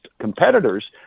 competitors